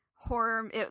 Horror